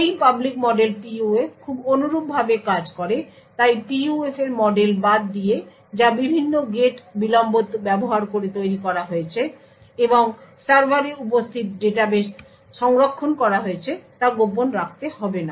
এই public model PUF খুব অনুরূপ ভাবে কাজ করে তাই PUF এর মডেল বাদ দিয়ে যা বিভিন্ন গেট বিলম্ব ব্যবহার করে তৈরি করা হয়েছে এবং সার্ভারে উপস্থিত ডাটাবেসে সংরক্ষণ করা হয়েছে তা গোপন রাখতে হবে না